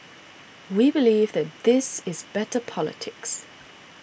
we believe that this is better politics